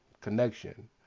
connection